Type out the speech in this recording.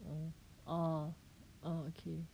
mm oh okay